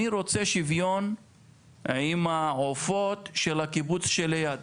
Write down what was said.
אני רוצה שוויון עם העופות של הקיבוץ של ליד.